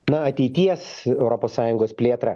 na ateities europos sąjungos plėtrą